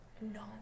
No